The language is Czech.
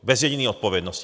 Bez jediné odpovědnosti.